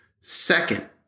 Second